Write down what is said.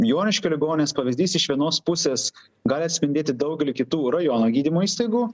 joniškio ligonės pavyzdys iš vienos pusės gali atspindėti daugelį kitų rajono gydymo įstaigų